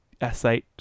S8